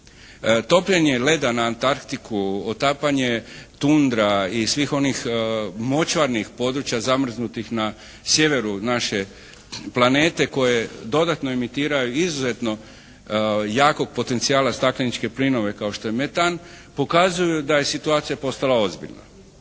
Topljenje leda na Antarktiku, otapanje tundra i svih onih močvarnih područja zamrznutih na sjeveru naše planete koje dodatno emitiraju izuzetno jakog potencijala stakleničke plinove kao što je metan, pokazuju da je situacija postala ozbiljna.